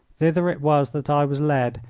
thither it was that i was led,